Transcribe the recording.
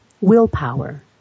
willpower